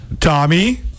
Tommy